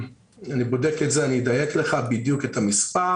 אני בודק את זה ואני אדייק לך ואומר לך בדיוק את המספר.